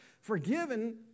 forgiven